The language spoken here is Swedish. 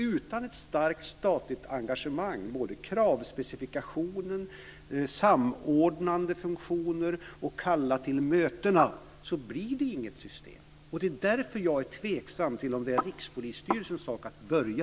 Utan ett starkt statligt engagemang när det gäller kravspecifikation, samordnandefunktion och kallandet till mötena blir det inget system. Det är därför jag är tveksam till att det är Rikspolisstyrelsens sak att börja.